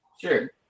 Sure